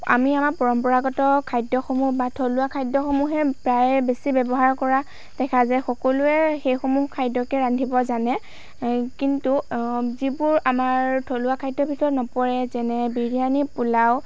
আমি আমাৰ পৰম্পৰাগত খাদ্যসমূহ বা থলুৱা খাদ্যসমূহেই প্ৰায়ে বেছি ব্যৱহাৰ কৰা দেখা যায় সকলোৱে সেইসমূহ খাদ্যকেই ৰান্ধিব জানে এ কিন্তু যিবোৰ আমাৰ থলুৱা খাদ্যৰ ভিতৰত নপৰে যেনে বিৰিয়ানী পোলাও